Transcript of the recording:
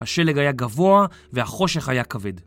השלג היה גבוה והחושך היה כבד